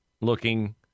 looking